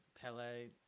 Pele